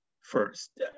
first